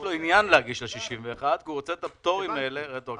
יש לו עניין להגיש על סעיף 61 כי הוא רוצה את הפטורים האלה רטרואקטיבית.